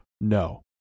No